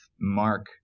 Mark